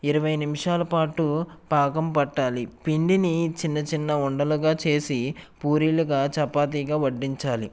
ఇరవై నిమిషాల పాటు పాకం పట్టాలి పిండిని చిన్న చిన్న ఉండలుగా చేసి పూరీలుగా చపాతీగా వడ్డించాలి